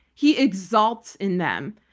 he exalts in them.